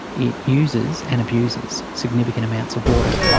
it uses and abuses significant amounts of water.